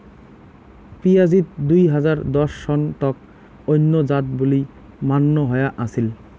পিঁয়াজিত দুই হাজার দশ সন তক অইন্য জাত বুলি মান্য হয়া আছিল